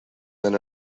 than